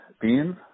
beans